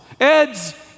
Ed's